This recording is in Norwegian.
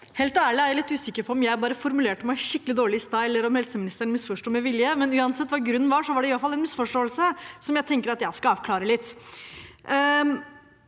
er jeg litt usikker på om jeg bare formulerte meg skikkelig dårlig i stad eller om helseministeren misforsto med vilje, men uansett hva grunnen var, var det iallfall en misforståelse som jeg tenker at jeg skal oppklare litt.